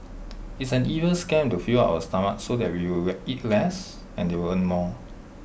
it's an evil scam to fill up our stomachs so that we will eat less and they'll earn more